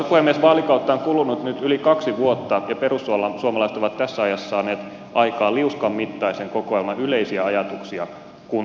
vaalikautta on kulunut nyt yli kaksi vuotta ja perussuomalaiset ovat tässä ajassa saaneet aikaan liuskan mittaisen kokoelman yleisiä ajatuksia kuntien tulevaisuudesta